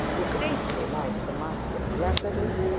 who greatly liked the master of lazarus,